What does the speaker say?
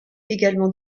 également